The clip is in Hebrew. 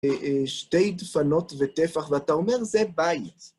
שתי דפנות וטפח, ואתה אומר, זה בית.